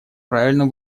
правильно